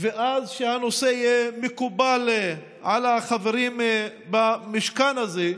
ואז הנושא יהיה מקובל על החברים במשכן הזה,